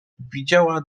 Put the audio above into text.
widziała